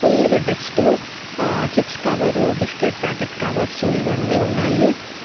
ఫుల్గా dust chips cover biscuit packet covers ఇవన్నీ ఉన్నాయి